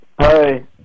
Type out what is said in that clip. Hi